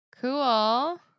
cool